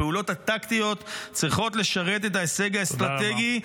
הפעולות הטקטיות צריכות לשרת את ההישג האסטרטגי,